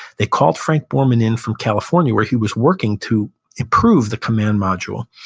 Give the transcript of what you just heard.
they called frank borman in from california, where he was working to improve the command module,